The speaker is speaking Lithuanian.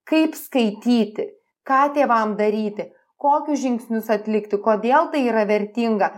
kaip skaityti ką tėvam daryti kokius žingsnius atlikti kodėl tai yra vertinga